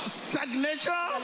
stagnation